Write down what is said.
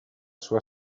sua